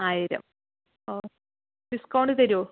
ആയിരം ആ ഡിസ്കൗണ്ട് തരുമോ